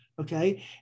okay